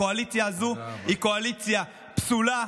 הקואליציה הזו היא קואליציה פסולה.